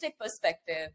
perspective